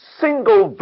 single